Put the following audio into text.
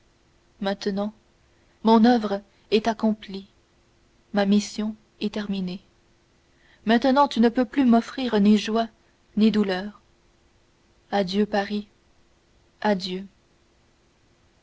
maintenant mon oeuvre est accomplie ma mission est terminée maintenant tu ne peux plus m'offrir ni joies ni douleurs adieu paris adieu